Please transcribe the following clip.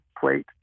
plate